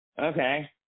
Okay